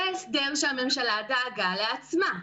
זה ההסדר שהממשלה דאגה לעצמה,